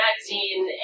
Magazine